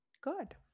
Good